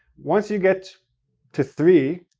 once you get to three,